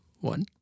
one